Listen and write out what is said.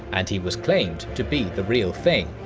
and he was claimed to be the real thing.